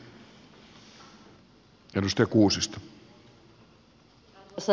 arvoisa puhemies